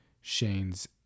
Shane's